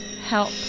Help